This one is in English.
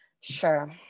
sure